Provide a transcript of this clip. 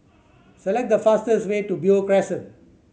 select the fastest way to Beo Crescent